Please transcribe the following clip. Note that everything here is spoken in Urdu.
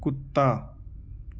کتا